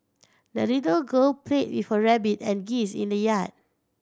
the little girl played with her rabbit and geese in the yard